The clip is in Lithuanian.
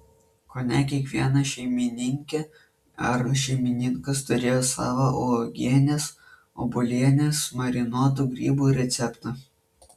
kone kiekviena šeimininkė ar šeimininkas turėjo savą uogienės obuolienės marinuotų grybų receptą